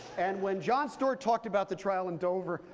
and when jon stewart talked about the trial in dover,